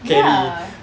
ya